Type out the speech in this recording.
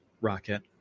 rocket